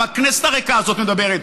גם הכנסת הריקה הזאת מדברת.